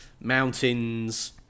mountains